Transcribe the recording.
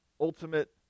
ultimate